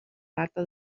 data